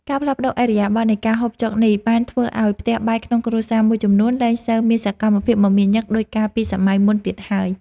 ការផ្លាស់ប្តូរឥរិយាបថនៃការហូបចុកនេះបានធ្វើឲ្យផ្ទះបាយក្នុងគ្រួសារមួយចំនួនលែងសូវមានសកម្មភាពមមាញឹកដូចកាល ពីសម័យមុនទៀតហើយ។